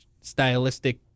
stylistic